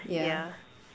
yeah